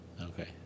Okay